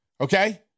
okay